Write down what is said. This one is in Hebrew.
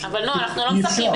אבל אי אפשר,